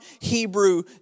Hebrew